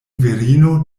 virino